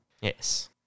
Yes